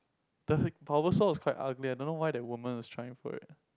the Bulbasaur was quite ugly I don't know why that woman was trying for it